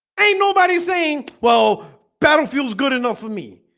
ain't nobody saying well paddle feels good enough for me